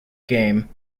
game